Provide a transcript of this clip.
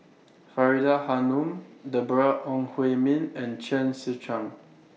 Faridah Hanum Deborah Ong Hui Min and Chen Sucheng